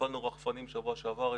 הפעלנו רחפנים בשבוע שעבר,